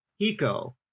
Hiko